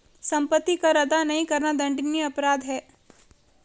सम्पत्ति कर अदा नहीं करना दण्डनीय अपराध है